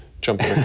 jumping